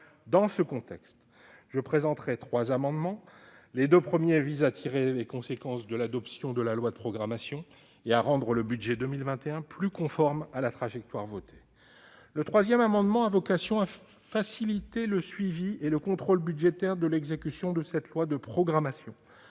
Dans ce contexte, je présenterai trois amendements : les deux premiers visent à tirer les conséquences de l'adoption de la loi de programmation et à rendre le budget 2021 plus conforme à la trajectoire votée. Le troisième amendement a vocation à faciliter le suivi et le contrôle budgétaire de l'exécution de cette loi de programmation.